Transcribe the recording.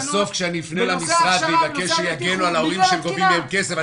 בסוף כשאני אפנה למשרד ואבקש שיגנו על ההורים שגובים מהם כסף,